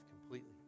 completely